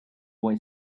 boy